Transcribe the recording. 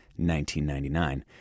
1999